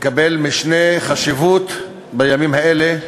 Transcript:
מקבל משנה חשיבות בימים האלה,